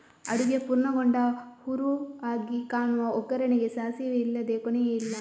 ಅಡುಗೆ ಪೂರ್ಣಗೊಂಡ ಕುರುಹಾಗಿ ಹಾಕುವ ಒಗ್ಗರಣೆಗೆ ಸಾಸಿವೆ ಇಲ್ಲದೇ ಕೊನೆಯೇ ಇಲ್ಲ